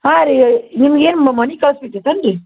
ಹಾಂ ರೀ ನಿಮ್ಗೇನು ಮನೆಗೆ ಕಳ್ಸ್ಬೇಕಿತ್ತು ಏನು ರೀ